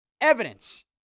Evidence